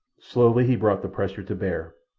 slowly he brought the pressure to bear,